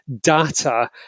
data